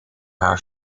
haar